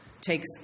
takes